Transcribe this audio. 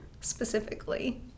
specifically